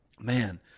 man